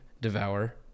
Devour